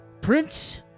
Prince